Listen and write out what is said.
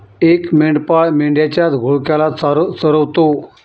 एक मेंढपाळ मेंढ्यांच्या घोळक्याला चरवतो